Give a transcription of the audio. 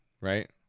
right